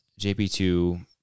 JP2